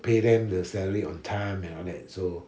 pay them the salary on time and all that so